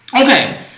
Okay